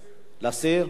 להסיר.